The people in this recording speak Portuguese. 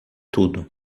tudo